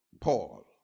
Paul